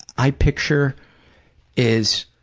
i picture is,